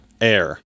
air